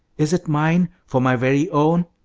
is it mine? for my very own?